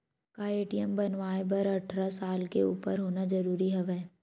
का ए.टी.एम बनवाय बर अट्ठारह साल के उपर होना जरूरी हवय?